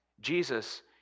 Jesus